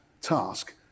task